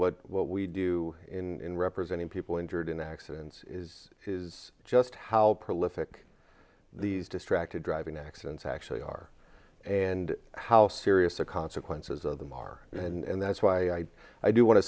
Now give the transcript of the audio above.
what what we do in representing people injured in accidents is is just how prolific these distracted driving accidents actually are and how serious the consequences of them are and that's why i do want to